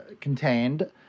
contained